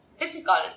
difficult